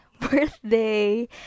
birthday